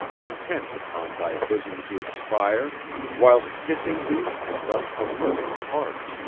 content upon thy bosom to expire whilst kissing thee and thus from living part.